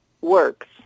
works